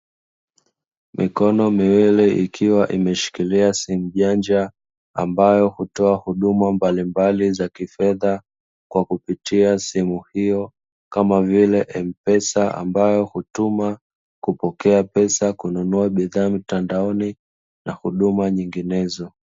Mikono miwili ikiwa imeshikilia simu janja ambayo hutoa huduma mbalimbali za kifedha kwa kupitia simu hiyo kama vile, M pesa ambayo hutuma kupokea pesa kununua bidhaa mtandaoni na huduma nyinginezo.